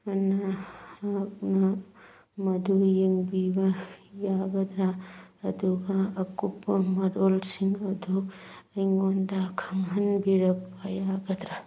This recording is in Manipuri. ꯃꯗꯨ ꯌꯦꯡꯕꯤꯕ ꯌꯥꯒꯗꯐ꯭ꯔ ꯑꯗꯨꯒ ꯑꯀꯨꯞꯄ ꯃꯔꯣꯜꯁꯤꯡ ꯑꯗꯨ ꯑꯩꯉꯣꯟꯗ ꯈꯪꯍꯟꯕꯤꯔꯛꯄ ꯌꯥꯒꯗ꯭ꯔ